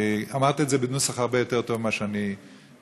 אמרת את זה בנוסח הרבה יותר טוב ממה שאני מצטט,